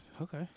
Okay